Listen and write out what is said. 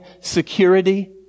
security